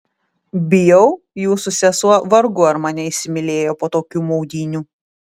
bijau jūsų sesuo vargu ar mane įsimylėjo po tokių maudynių